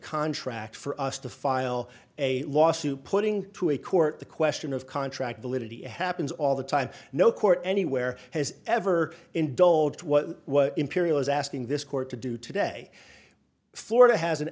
contract for us to file a lawsuit putting to a court the question of contract validity happens all the time no court anywhere has ever indulged what imperial is asking this court to do today florida has an